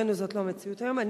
לצערנו זו לא המציאות היום.